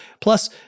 plus